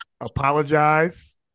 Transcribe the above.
apologize